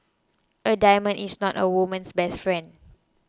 a diamond is not a woman's best friend